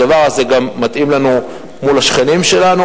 הדבר הזה גם מתאים לנו מול השכנים שלנו.